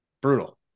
brutal